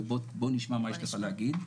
ובוא נשמע מה יש לך להגיד',